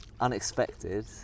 unexpected